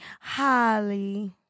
Holly